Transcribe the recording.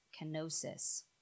kenosis